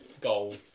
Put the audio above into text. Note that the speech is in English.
goal